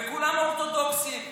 וכולם אורתודוקסים,